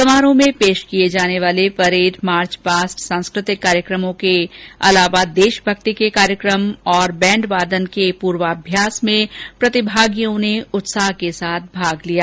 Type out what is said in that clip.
समारोह में पेश किए जाने वाले परेड मार्च पास्ट सांस्कृतिक कार्यक्रमो के देशभक्ति के कार्यक्रम और बैंड वादन और के पूर्वाभ्यास में प्रतिभागियों ने उत्साह से भाग लिया